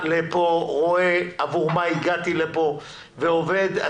רואה עבור מה הגעתי לפה ועובד.